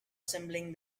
assembling